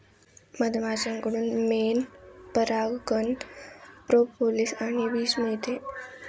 मधमाश्यांकडून मेण, परागकण, प्रोपोलिस आणि विष मिळते